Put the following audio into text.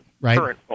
right